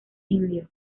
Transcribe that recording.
indio